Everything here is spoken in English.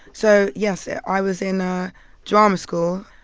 so yes. i was in ah drama school.